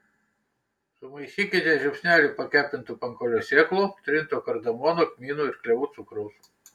sumaišykite žiupsnelį pakepintų pankolio sėklų trinto kardamono kmynų ir klevų cukraus